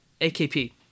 AKP